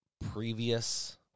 previous